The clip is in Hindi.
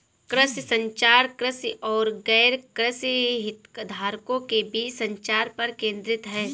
कृषि संचार, कृषि और गैरकृषि हितधारकों के बीच संचार पर केंद्रित है